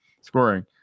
scoring